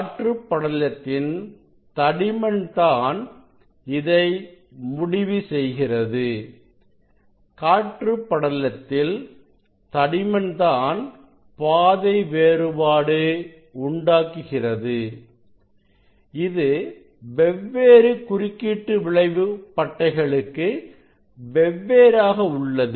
காற்று படலத்தின் தடிமன் தான் இதை முடிவு செய்கிறது காற்று படலத்தில் தடிமன் தான் பாதை வேறுபாடு உண்டாக்குகிறது இது வெவ்வேறு குறுக்கீட்டு விளைவு பட்டைகளுக்கு வெவ்வேறாக உள்ளது